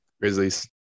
Grizzlies